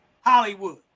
Hollywood